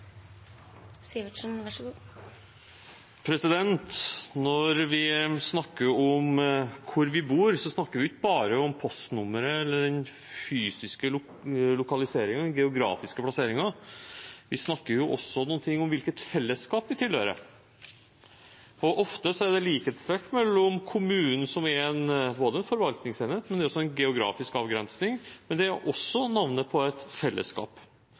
Når vi snakker om hvor vi bor, snakker vi ikke bare om postnummeret eller den fysiske lokaliseringen, den geografiske plasseringen, vi snakker også om hvilket fellesskap vi tilhører. Ofte er det likhetstrekk mellom kommunen som en forvaltningsenhet og en geografisk avgrensning, men det er også navnet på et fellesskap.